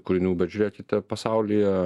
kūrinių bet žiūrėkite pasaulyje